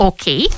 Okay